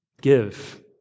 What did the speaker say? give